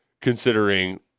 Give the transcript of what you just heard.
considering